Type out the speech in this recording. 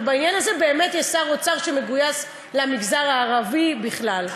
אבל בעניין הזה באמת יש שר אוצר שמגויס למגזר הערבי בכלל.